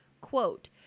quote